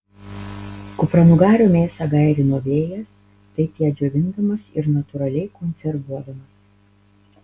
kupranugario mėsą gairino vėjas taip ją džiovindamas ir natūraliai konservuodamas